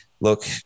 look